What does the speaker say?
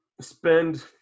spend